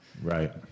Right